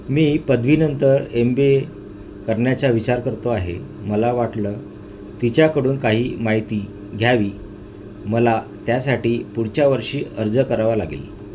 मी पदवीनंतर M B A करण्याचा विचार करतो आहे मला वाटलं तिच्याकडून काही माहिती घ्यावी मला त्यासाठी पुढच्या वर्षी अर्ज करावा लागेल